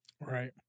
Right